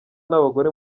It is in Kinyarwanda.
n’abagore